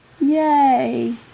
Yay